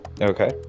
Okay